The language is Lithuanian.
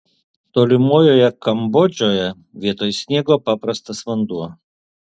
tolimojoje kambodžoje vietoj sniego paprastas vanduo